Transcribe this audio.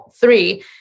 three